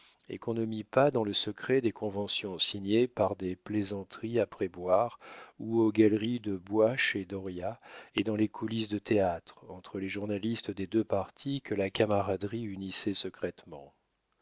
et qu'on ne mit pas dans le secret des conventions signées par des plaisanteries après boire ou aux galeries de bois chez dauriat et dans les coulisses de théâtre entre les journalistes des deux partis que la camaraderie unissait secrètement